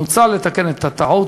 מוצע לתקן את הטעות.